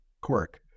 quirk